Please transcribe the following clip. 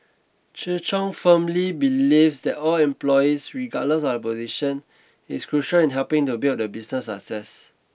Chi Chung firmly believes that all employees regardless of position is crucial in helping to build the business success